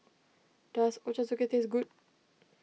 does Ochazuke taste good